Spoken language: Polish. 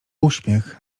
uśmiech